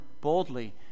boldly